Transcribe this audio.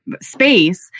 space